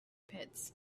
pits